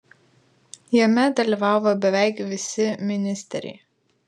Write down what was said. jame dalyvavo beveik visi ministeriai